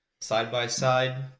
Side-by-side